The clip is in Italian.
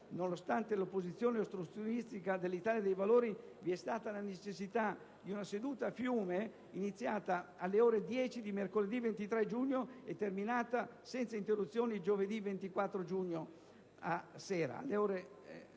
nonostante l'opposizione ostruzionistica dell'Italia dei Valori, vi è stata la necessità di una seduta fiume, iniziata alle ore 10 di mercoledì 23 giugno e terminata, senza interruzioni, giovedì 24 giugno, alle